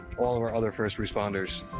all of our other first responders.